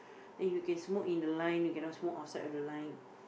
then you can smoke in the line you can not smoke outside the line